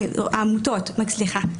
סליחה,